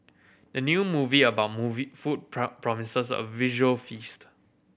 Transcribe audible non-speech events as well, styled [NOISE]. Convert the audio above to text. the new movie about movie food [UNINTELLIGIBLE] promises a visual feast